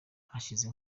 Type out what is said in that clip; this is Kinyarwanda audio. hashize